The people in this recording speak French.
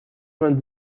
vingt